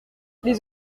les